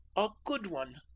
a good one.